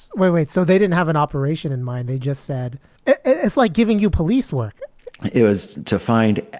wait, wait. so they didn't have an operation in mind. they just said it's like giving you police work it was to find